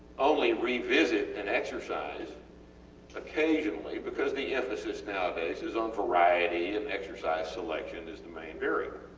only revisit an exercise occasionally because the emphasis nowadays is on variety and exercise selection is the main variable.